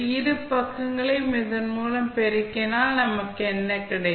இரு பக்கங்களையும் இதன் மூலம் பெருக்கினால் நமக்கு என்ன கிடைக்கும்